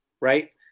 Right